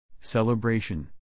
Celebration